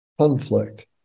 conflict